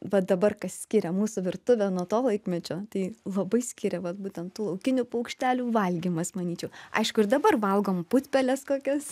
va dabar kas skiria mūsų virtuvę nuo to laikmečio tai labai skiria vat būten tų laukinių paukštelių valgymas manyčiau aišku ir dabar valgom putpeles kokias